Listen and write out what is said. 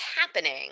happening